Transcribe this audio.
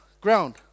ground